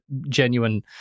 genuine